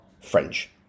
French